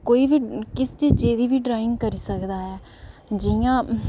कोई बी कुसै चीजै दी बी ड्राइगं करी सकदा ऐ जि'यां